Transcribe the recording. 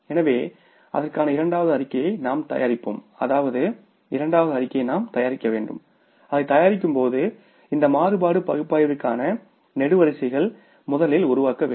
எனவே அதற்கான இரண்டாவது அறிக்கையை நாம் தயாரிப்போம் அதற்காக இரண்டாவது அறிக்கையைத் தயாரிக்கும் போது இந்த மாறுபாடு பகுப்பாய்விற்கான நெடுவரிசைகளை முதலில் உருவாக்க வேண்டும்